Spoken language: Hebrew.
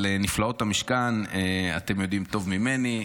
אבל, נפלאות המשכן, אתם יודעים טוב ממני,